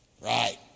Right